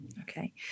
Okay